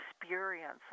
experience